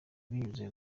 binyuze